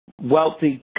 Wealthy